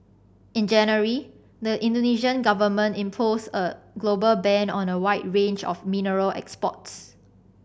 in January the Indonesian Government imposed a global ban on a wide range of mineral exports